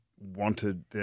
wanted